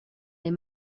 les